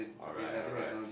alright alright